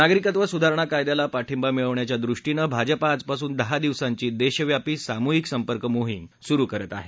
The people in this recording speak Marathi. नागरिकत्व सुधारणा कायद्याला पाठिंबा मिळवण्याच्या दृष्टीनं भाजपा आजपासून दहा दिवसांची देशव्यापी सामूहिक संपर्क मोहीम सुरू करत आहे